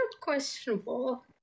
questionable